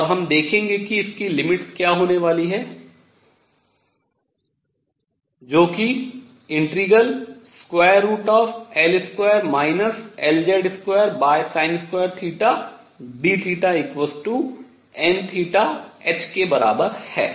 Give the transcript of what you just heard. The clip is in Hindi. और हम देखेंगे कि इसकी limits सीमाएँ क्या होने वाली हैं जो कि ∫L2 Lz2 dθnh के बराबर है